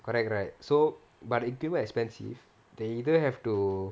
correct right so but equipment expensive they either have to